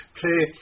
play